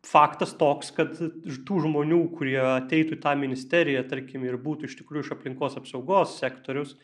faktas toks kad iš tų žmonių kurie ateitų į tą ministeriją tarkim ir būtų iš tikrųjų iš aplinkos apsaugos sektoriaus